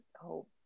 hope